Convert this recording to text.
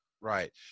right